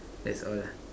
that's all lah